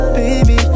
baby